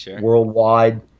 worldwide